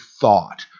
thought